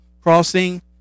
crossing